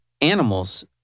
animals